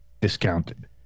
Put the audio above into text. discounted